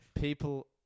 people